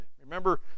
Remember